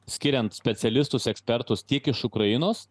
skiriant specialistus ekspertus tiek iš ukrainos